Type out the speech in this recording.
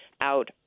out